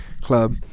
club